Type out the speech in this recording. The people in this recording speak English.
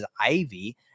Ivy